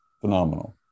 Phenomenal